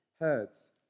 herds